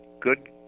good